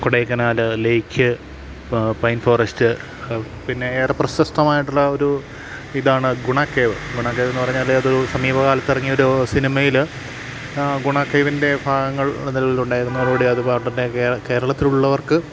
Kodaikanal lake pine forest പിന്നെ ഏറെ പ്രശസ്തമായിട്ടുള്ള ഒരു ഇതാണ് ഗുണാക്കേവ് ഗുണാക്കേവ്ന്ന് പറഞ്ഞാൽ അത് സമീപകാലത്ത് ഇറങ്ങിയ ഒരു സിനിമയിൽ ഗുണാക്കേവിൻ്റെ ഭാഗങ്ങൾ അതിലുണ്ടായിരുന്നു കൂടി അത് കേരളത്തിൽ ഉള്ളവർക്ക്